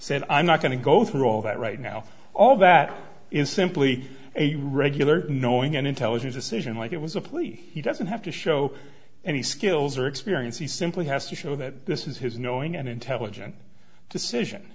said i'm not going to go through all that right now all that is simply a regular knowing and intelligent decision like it was a plea he doesn't have to show any skills or experience he simply has to show that this is his knowing and intelligent decision